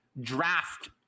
draft